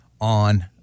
on